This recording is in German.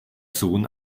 sohn